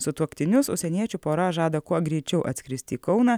sutuoktinius užsieniečių pora žada kuo greičiau atskristi į kauną